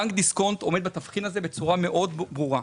בנק דיסקונט עומד בתבחין הזה בצורה מאוד ברורה.